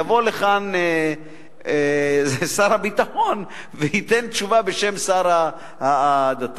יבוא לכאן שר הביטחון וייתן תשובה בשם שר הדתות.